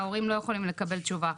ההורים לא יכולים לקבל תשובה.